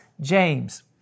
james